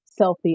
selfie